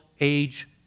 age